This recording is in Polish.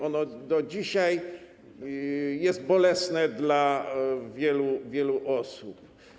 Ono do dzisiaj jest bolesne dla wielu, wielu osób.